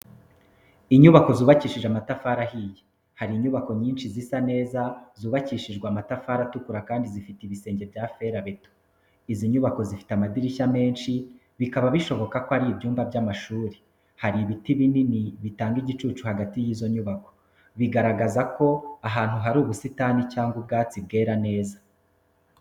Inyubako zubakishije amatafari hari inyubako nyinshi zisa neza zubakishijwe amatafari atukura kandi zifite ibisenge bya ferabeto. Izi nyubako zifite amadirishya menshi bikaba bishoboka ko ari ibyumba by’amashuri. Hari ibiti binini bitanga igicucu hagati y’izo nyubako, bigaragaza ko ahantu hari ubusitani cyangwa ubwatsi bwera neza.